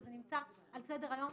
וזה נמצא על סדר-היום,